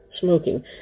smoking